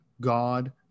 god